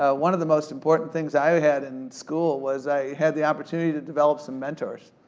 ah one of the most important things i had in school was i had the opportunity to develop some mentors.